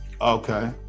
Okay